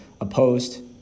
opposed